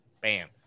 Bam